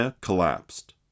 collapsed